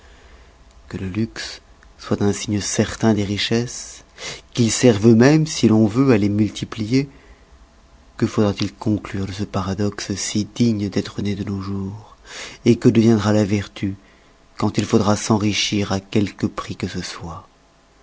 que le luxe soit un signe certain des richesses qu'il serve même si l'on veut à les multiplier que faudra-t-il conclure de ce paradoxe si digne d'être ne de nos jours que deviendra la vertu quand il faudra s'enrichir à quelque prix que ce soit